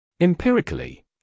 Empirically